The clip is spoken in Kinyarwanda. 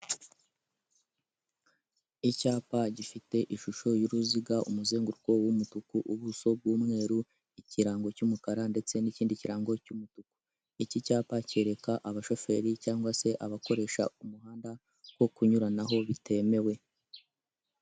Icyapa gifite ishusho y'uruziga, umuzenguruko w'umutuku, ubuso bw'umweru, ikirango cy'umukara ndetse n'ikindi kirango cy'umutuku, iki cyapa kereka abashoferi cyangwa se abakoresha umuhanda ko kunyuranaho bitemewe.